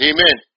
Amen